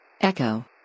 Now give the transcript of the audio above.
Echo